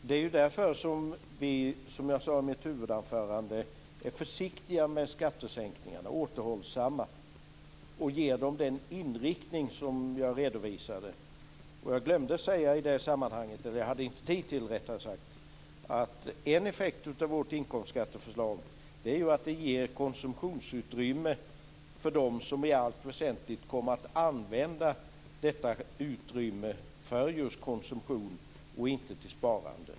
Det är ju därför som vi, som jag sade i mitt huvudanförande, är försiktiga, återhållsamma, med skattesänkningarna och ger dem den inriktning som jag redovisade. Jag glömde i det sammanhanget att säga, eller jag hade rättare sagt inte tid, att en effekt av vårt inkomstskatteförslag är att det ger konsumtionsutrymme åt dem som i allt väsentligt kommer att använda detta utrymme till just konsumtion och inte till sparande.